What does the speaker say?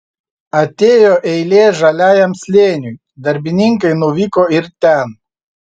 atėjo eilė žaliajam slėniui darbininkai nuvyko ir ten